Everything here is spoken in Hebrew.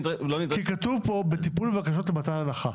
כתוב כאן בטיפול בבקשות למתן הנחה.